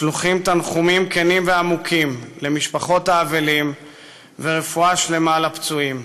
שלוחים תנחומים כנים ועמוקים למשפחות האבלים ורפואה שלמה לפצועים.